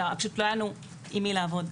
פשוט לא היה לנו עם מי לעבוד.